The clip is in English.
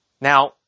Now